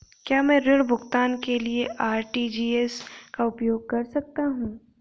क्या मैं ऋण भुगतान के लिए आर.टी.जी.एस का उपयोग कर सकता हूँ?